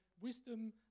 wisdom